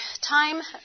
time